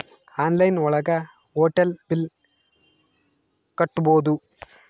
online ಒಳಗ hotel bill ಕಟ್ಬೋದು